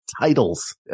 titles